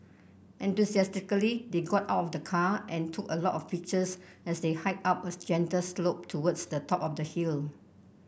enthusiastically they got of the car and took a lot of pictures as they hiked up a gentle slope towards the top of the hill